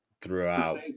throughout